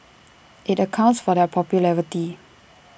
IT accounts for their popularity